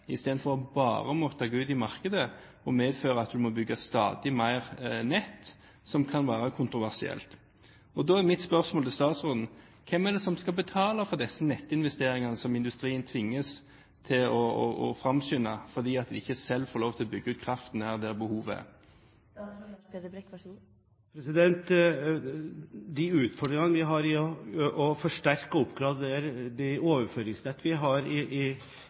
måtte gå ut i markedet, som medfører at en må bygge stadig mer nett, som kan være kontroversielt. Da er mitt spørsmål til statsråden: Hvem er det som skal betale for disse nettinvesteringene som industrien tvinges til å framskynde fordi de ikke selv får lov til å bygge ut kraften der behovet er? De utfordringene vi har i årene framover med å forsterke og oppgradere de overføringsnett vi har i